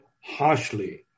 harshly